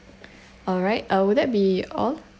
alright uh would that be all